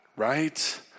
right